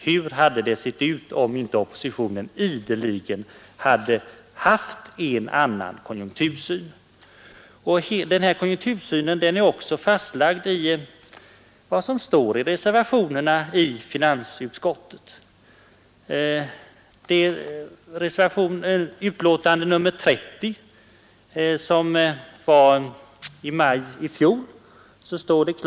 Hur hade det sett ut om inte oppositionen ideligen hade visat att den haft en annan och mer expansiv, med nödvändighet på drivande konjunktursyn? Den konjunktursynen är oc fastlagd i reservationerna vid finansutskottets betänkanden om den ekonomiska politiken. I betänkande nr 1 i februari i fjol angav vi: ”Ett tecken på ökad avmattning är som redan nämnts det förändrade arbetsmarknadsläge, som har redovisats i januari och februari. Mot denna bakgrund är som utskottet betonat ytterligare lättnader i kreditpolitiken befogade.” Låt oss så se på reservationen i betänkande nr 30 i maj i fjol.